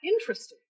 interesting